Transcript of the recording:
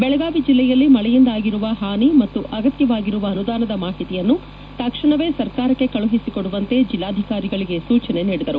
ಬೆಳಗಾವಿ ಜಿಲ್ಲೆಯಲ್ಲಿ ಮಳೆಯಿಂದ ಆಗಿರುವ ಹಾನಿ ಮತ್ತು ಅಗತ್ಥವಾಗಿರುವ ಅನುದಾನದ ಮಾಹಿತಿಯನ್ನು ತಕ್ಷಣವೇ ಸರ್ಕಾರಕ್ಕೆ ಕಳುಹಿಸಿಕೊಡುವಂತೆ ಜೆಲ್ಲಾಧಿಕಾರಿಗಳಿಗೆ ಸೂಚನೆ ನೀಡಿದರು